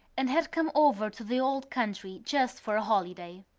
and had come over to the old country just for a holiday.